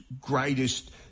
greatest